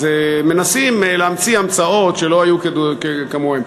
אז מנסים להמציא המצאות שאין כמוהן.